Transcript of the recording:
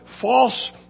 false